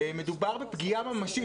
מדובר בפגיעה ממשית.